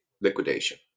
liquidation